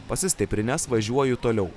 pasistiprinęs važiuoju toliau